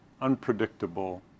Unpredictable